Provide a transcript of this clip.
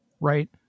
Right